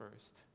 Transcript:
first